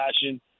passion